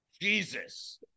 Jesus